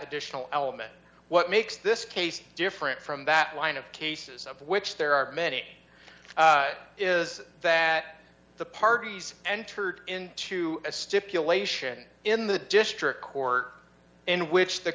additional element what makes this case different from that line of cases of which there are many is that the parties entered into a stipulation in the district court in which the